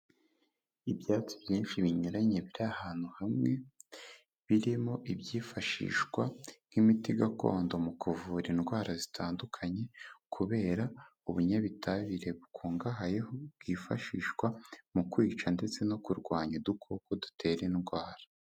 Ibyatsi byinshi binyuranye biri ahantu hamwe birimo ibyifashishwa nk'imiti gakondo mu kuvura indwara zitandukanye kubera ubunyabitabire bukungahayeho bwifashishwa mu kwica ndetse no kurwanya udukoko dutera indwara.